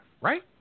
right